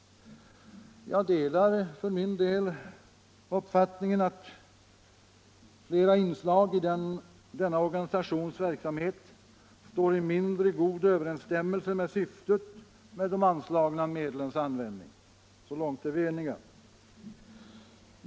Jag delar för min del uppfattningen att flera inslag i denna organisations verksamhet står i mindre god överensstämmelse med syftet med de anslagna medlens användning. Så långt är vi eniga.